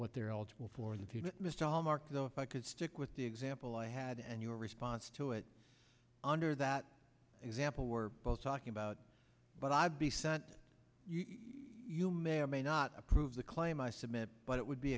what they're eligible for the missed all mark though if i could stick with the example i had and your response to it under that example we're both talking about but i'd be sent you may or may not approve the claim i submit but it would be